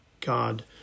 God